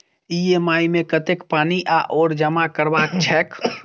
EMI मे कतेक पानि आओर जमा करबाक छैक?